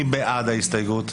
מי בעד ההסתייגות?